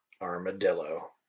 armadillo